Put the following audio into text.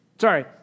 sorry